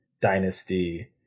dynasty